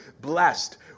Blessed